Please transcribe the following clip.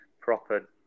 proper